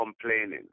complaining